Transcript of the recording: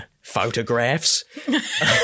photographs